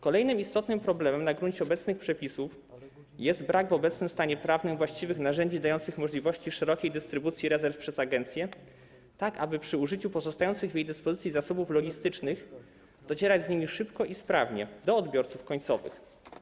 Kolejnym istotnym problemem na gruncie obecnych przepisów jest brak w obecnym stanie prawnym właściwych narzędzi dających możliwości szerokiej dystrybucji rezerw przez agencję, tak aby przy użyciu pozostających w jej dyspozycji zasobów logistycznych docierać z nimi szybko i sprawnie do odbiorców końcowych.